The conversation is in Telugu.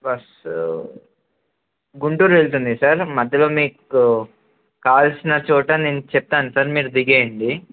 బస్సు గుంటూరు వెళ్తుంది సార్ మధ్యలో మీకు కాల్సిన చోట నేను చెప్తాను సార్ మీరు దిగేయండి